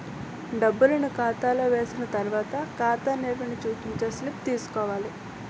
డబ్బులను ఖాతాలో వేసిన తర్వాత ఖాతా నిల్వని చూపించే స్లిప్ తీసుకోవాలి